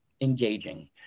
engaging